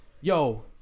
Yo